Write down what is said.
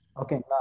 Okay